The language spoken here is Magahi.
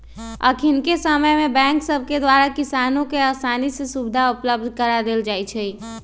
अखनिके समय में बैंक सभके द्वारा किसानों के असानी से सुभीधा उपलब्ध करा देल जाइ छइ